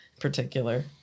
particular